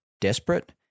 desperate